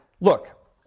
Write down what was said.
look